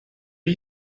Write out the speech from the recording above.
did